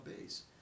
base